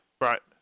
Right